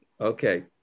Okay